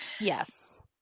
yes